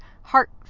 heart